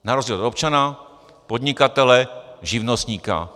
Na rozdíl od občana, podnikatele, živnostníka.